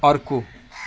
अर्को